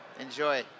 enjoy